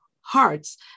hearts